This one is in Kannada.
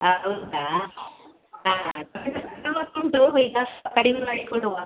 ಹೌದಾ ಹಾಂ ಉಂಟು ಈಗ ಕಡಿಮೆ ಮಾಡಿ ಕೊಡುವ